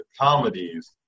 comedies